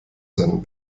seinem